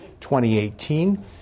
2018